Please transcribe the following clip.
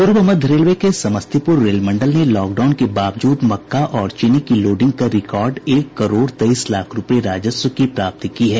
पूर्व मध्य रेलवे के समस्तीपुर रेल मंडल ने लॉकडाउन के बावजूद मक्का और चीनी की लोडिंग कर रिकॉर्ड एक करोड़ तेईस लाख रूपये राजस्व की प्राप्ति की है